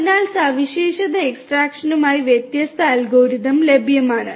അതിനാൽ സവിശേഷത എക്സ്ട്രാക്ഷനായി വ്യത്യസ്ത അൽഗോരിതം ലഭ്യമാണ്